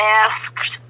asked